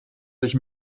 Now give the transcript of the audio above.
sich